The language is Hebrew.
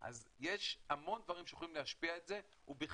אז יש המון דברים שמשפיעים על זה ובכללם